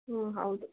ಹ್ಞೂ ಹೌದು